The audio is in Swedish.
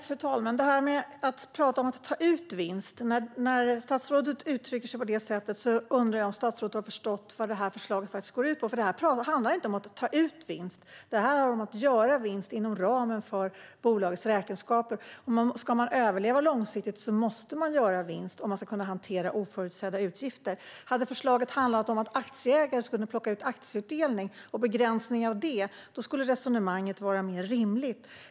Fru talman! När statsrådet uttrycker sig på detta sätt om att ta ut vinst undrar jag om han har förstått vad detta förslag faktiskt går ut på. Det handlar inte om att ta ut vinst utan om att göra vinst inom ramen för bolagets räkenskaper. Om man ska överleva långsiktigt och kunna hantera oförutsedda utgifter måste man göra vinst. Om förslaget hade handlat om aktieägare som plockar ut aktieutdelning och om begränsningar av detta skulle resonemanget vara mer rimligt.